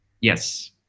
Yes